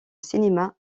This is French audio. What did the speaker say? cinéma